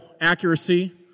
accuracy